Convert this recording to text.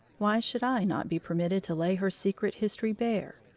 why should i not be permitted to lay her secret history bare,